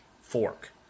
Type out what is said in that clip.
fork